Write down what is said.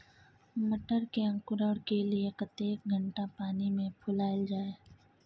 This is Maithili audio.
मटर के अंकुरण के लिए कतेक घंटा पानी मे फुलाईल जाय?